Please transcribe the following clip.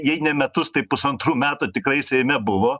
jei ne metus tai pusantrų metų tikrai seime buvo